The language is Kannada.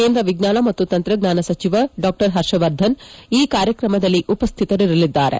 ಕೇಂದ್ರ ವಿಜ್ಞಾನ ಮತ್ತು ತಂತ್ರಜ್ಞಾನ ಸಚಿವ ಹರ್ಷವರ್ಧನ್ ಈ ಕಾರ್ಯಕ್ರಮದಲ್ಲಿ ಉಪಸ್ಥಿತರಿರಲಿದ್ದಾರೆ